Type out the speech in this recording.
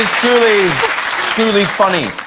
truly truly funny. oh